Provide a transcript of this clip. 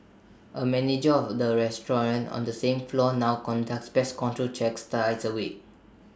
A manager of the restaurant on the same floor now conducts pest control checks twice A week